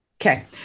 Okay